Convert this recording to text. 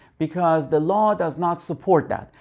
because the law does not support that.